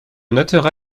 notera